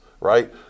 right